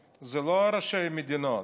בכלל, אלה לא ראשי מדינות.